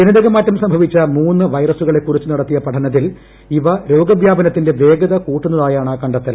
ജനിതകമാറ്റം സംഭവിച്ച മൂന്ന് വൈറസുകളെക്കുറിച്ച് നടത്തിയ പഠനത്തിൽ ഇവ രോഗ വ്യാപനത്തിന്റെ വേഗത കൂട്ടുന്നതായാണ് കണ്ടെത്തൽ